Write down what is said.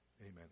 Amen